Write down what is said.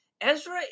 Ezra